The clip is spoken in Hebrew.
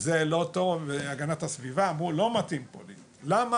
זה לא טוב והגנת הסביבה אמרו לא מתאים, למה?